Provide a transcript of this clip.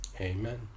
Amen